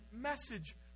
message